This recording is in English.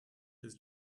his